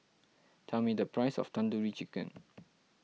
tell me the price of Tandoori Chicken